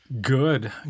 Good